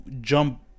jump